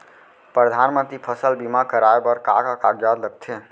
परधानमंतरी फसल बीमा कराये बर का का कागजात लगथे?